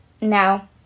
Now